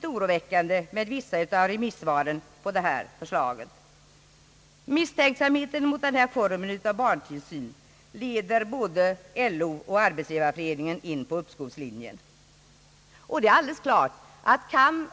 Tyvärr låter vissa remissvar på det här förslaget litet oroande. Misstänksamheten mot den här formen av barntillsyn leder både LO och Arbetsgivareföreningen in på uppskovslinjen. Det är alldeles klart att om